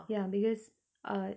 ya because uh